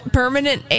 permanent